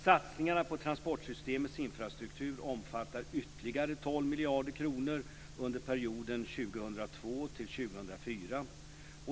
Satsningarna på transportsystemens infrastruktur omfattar ytterligare 12 miljarder kronor under perioden 2002-2004.